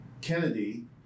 Kennedy